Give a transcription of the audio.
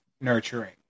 nurturing